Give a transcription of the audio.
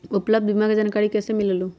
उपलब्ध बीमा के जानकारी कैसे मिलेलु?